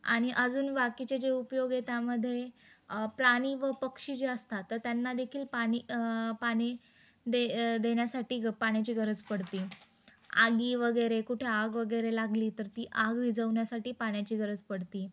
आणि अजून बाकीचे जे उपयोग आहे त्यामध्ये प्राणी व पक्षी जे असतात तर त्यांना देखील पाणी पाणी दे देण्या्साठी ग पाण्या्ची गरज पडती आगी वगैरे कुठे आग वगैरे लागली तर ती आग विझवण्यासाठी पाण्याची गरज पडती